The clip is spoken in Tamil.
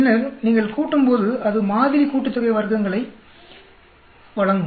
பின்னர் நீங்கள் கூட்டும்போது அது மாதிரி கூட்டுத்தொகை வர்க்ககங்களை வழங்கும்